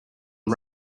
are